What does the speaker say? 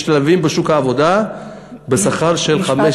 משתלבים בשוק העבודה בשכר של 15,